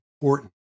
important